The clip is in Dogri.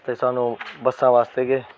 ते सानू बस्सां बास्तै गै